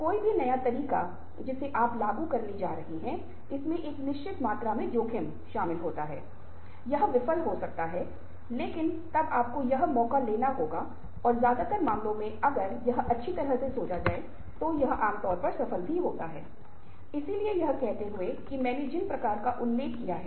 इसलिए हमें बहुत सावधान रहना चाहिए कि कैसे बात करें किससे बात करें और हमारी शैली व्यवहार हमारी चेहरे की हाव भाव भगभंगिमा वगैरह इन सभी पहलुये संचार से संबंदीत है बहुत ही महत्वपूर्ण है